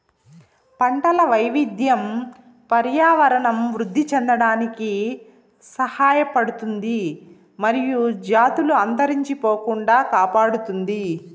పంటల వైవిధ్యం పర్యావరణం వృద్ధి చెందడానికి సహాయపడుతుంది మరియు జాతులు అంతరించిపోకుండా కాపాడుతుంది